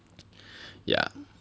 yeah